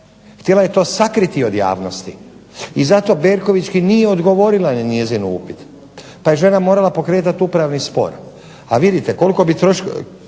Htjela je to sakriti od javnosti i zato Berkovićki nije odgovorila na njezin upit pa je žena morala pokretat upravni spor. A vidite, koliko bi koštao